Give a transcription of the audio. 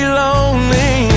lonely